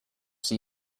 see